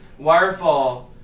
Wirefall